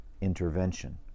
intervention